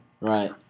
Right